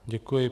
Děkuji.